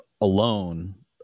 alone